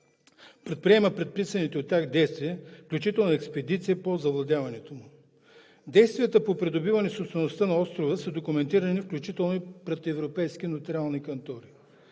предприема предписаните от тях действия, включително експедиция по завладяването му. Действията по придобиване собствеността на острова са документирани, включително и пред европейски нотариални кантори.